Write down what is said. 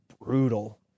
brutal